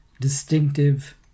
distinctive